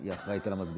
היא אחראית למזגנים.